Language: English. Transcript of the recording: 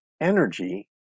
energy